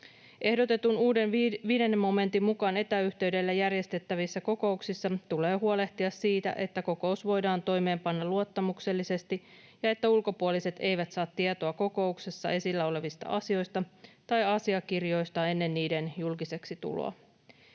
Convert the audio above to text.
Ehdotetun uuden 5 momentin mukaan etäyhteydellä järjestettävissä kokouksissa tulee huolehtia siitä, että kokous voidaan toimeenpanna luottamuksellisesti ja että ulkopuoliset eivät saa tietoa kokouksessa esillä olevista asioista tai asiakirjoista ennen niiden julkiseksi tuloa.